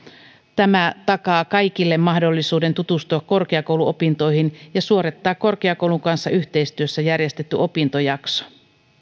tämä takaa kaikille mahdollisuuden tutustua korkeakouluopintoihin ja suorittaa korkeakoulun kanssa yhteistyössä järjestetty opintojakso